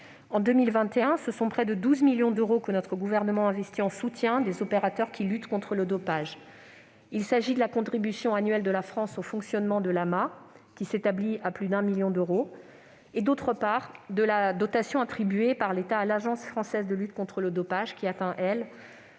en 2021, ce sont près de 12 millions d'euros que notre gouvernement investit en soutien des opérateurs de la lutte contre le dopage. La contribution annuelle de la France au fonctionnement de l'AMA s'établit, ainsi, à plus d'un million d'euros. Par ailleurs, la dotation attribuée par l'État à l'Agence française de lutte contre le dopage atteint près